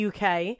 UK